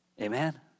Amen